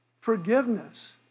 forgiveness